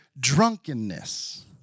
drunkenness